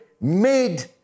made